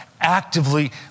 actively